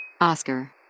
Oscar